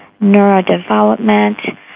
neurodevelopment